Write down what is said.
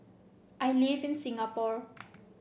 I live in Singapore